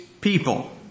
people